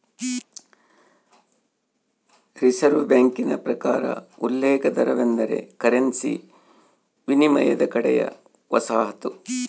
reserve ಬ್ಯಾಂಕಿನ ಪ್ರಕಾರ ಉಲ್ಲೇಖ ದರವೆಂದರೆ ಕರೆನ್ಸಿ ವಿನಿಮಯದ ಕಡೆಯ ವಸಾಹತು